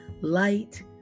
light